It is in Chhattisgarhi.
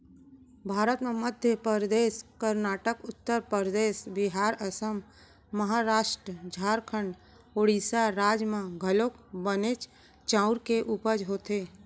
भारत म मध्य परदेस, करनाटक, उत्तर परदेस, बिहार, असम, महारास्ट, झारखंड, ओड़ीसा राज म घलौक बनेच चाँउर के उपज होथे